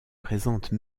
présentent